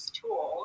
tool